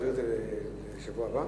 נעביר את הנושא לשבוע הבא,